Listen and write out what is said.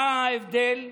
מה ההבדל?